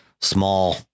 small